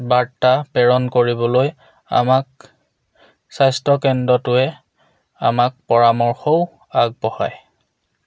বাৰ্তা প্ৰেৰণ কৰিবলৈ আমাক স্বাস্থ্যকেন্দ্ৰটোৱে আমাক পৰামৰ্শও আগবঢ়ায়